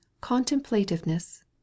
Contemplativeness